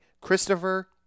Christopher